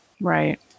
Right